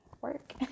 work